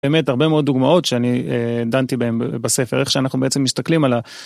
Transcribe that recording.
באמת הרבה מאוד דוגמאות שאני דנתי בהן בספר, איך שאנחנו בעצם מסתכלים על ה..